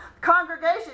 congregation